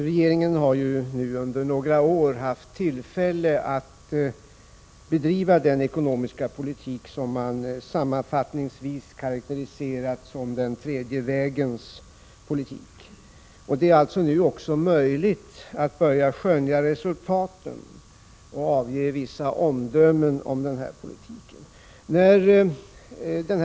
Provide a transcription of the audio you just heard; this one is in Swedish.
Herr talman! Regeringen har under några år haft tillfälle att bedriva den ekonomiska politik som man sammanfattningsvis karakteriserat som den tredje vägens politik. Det är alltså nu också möjligt att börja skönja resultat och avge vissa omdömen om den politiken.